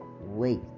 wait